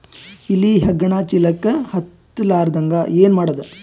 ಇಲಿ ಹೆಗ್ಗಣ ಚೀಲಕ್ಕ ಹತ್ತ ಲಾರದಂಗ ಏನ ಮಾಡದ?